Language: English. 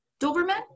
Doberman